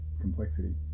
complexity